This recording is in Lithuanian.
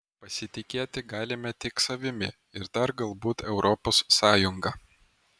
pasitikėti galime tik savimi ir dar galbūt europos sąjunga